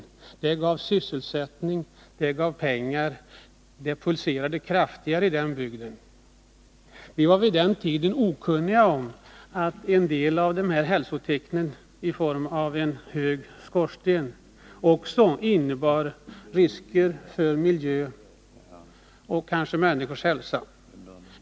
Det var något som gav sysselsättning, det gav pengar och livet pulserade kraftigare i den bygden än i andra. Vi var vid den tiden okunniga om att en del av dessa hälsotecken i form av en hög skorsten samtidigt innebar risker för miljö och kanske också för människors hälsa.